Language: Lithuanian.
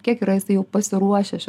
kiek yra jisai jau pasiruošęs